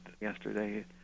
yesterday